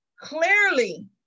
Clearly